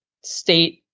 state